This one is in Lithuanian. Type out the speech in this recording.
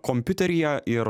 kompiuteryje ir